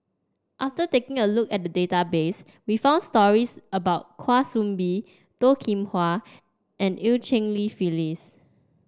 after taking a look at database we found stories about Kwa Soon Bee Toh Kim Hwa and Eu Cheng Li Phyllis